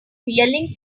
yelling